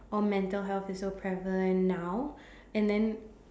or mental health is so prevalent now and then